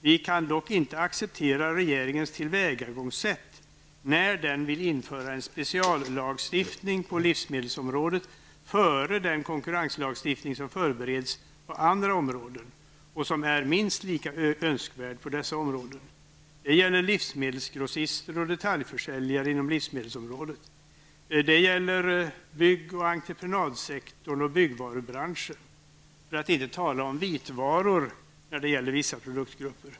Vi kan dock inte acceptera regeringens tillvägagångssätt när den vill införa en speciallagstiftning på livsmedelsområdet före den konkurrenslagstiftning som förbereds på andra områden och som är minst lika önskvärd där. Det gäller bl.a. livsmedelsgrossister och detaljförsäljare inom livsmedelsområdet samt inom bygg och entreprenadsektorn och byggvarubranchen. För att inte tala om vitvaror när det gäller vissa produktgrupper.